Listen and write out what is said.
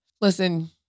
Listen